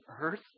earth